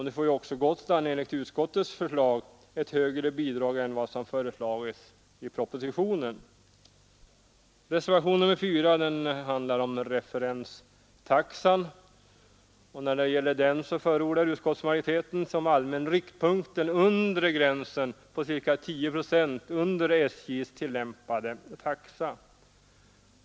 Nu får Gotland enligt utskottets förslag högre bidrag än vad som föreslagits i propositionen. Reservationen 4 handlar om referenstaxa. Där förordar utskottsmajoriteten som allmän riktpunkt den undre gränsen på ca 10 procent under SJ:s tillämpade taxa.